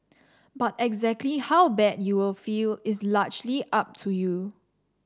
but exactly how bad you will feel is largely up to you